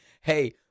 Hey